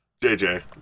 JJ